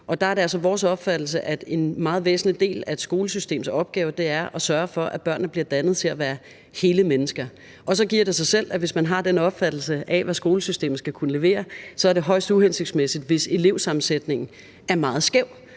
Der er det altså vores opfattelse, at en meget væsentlig del af et skolesystems opgave er at sørge for, at børnene bliver dannet til at være hele mennesker. Og så giver det sig selv, at hvis man har den opfattelse af, hvad skolesystemet skal kunne levere, så er det højst uhensigtsmæssigt, hvis elevsammensætningen er meget skæv,